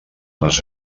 les